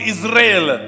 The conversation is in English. Israel